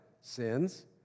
sins